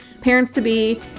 parents-to-be